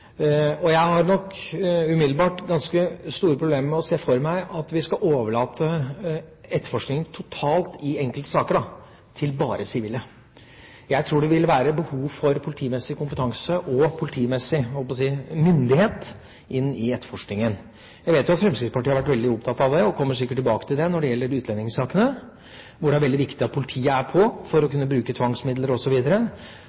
etterforskning. Jeg har umiddelbart ganske store problemer med å se for meg at vi skal overlate etterforskningen totalt – i enkelte saker – til bare sivile. Jeg tror det vil være behov for politimessig kompetanse og politimessig – skal jeg si – myndighet inn i etterforskningen. Jeg vet at Fremskrittspartiet har vært veldig opptatt av dette – og kommer sikkert tilbake til det når det gjelder utlendingssakene. Det er veldig viktig at politiet er på, for å